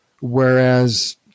whereas